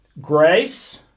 grace